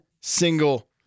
single